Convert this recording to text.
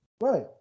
Right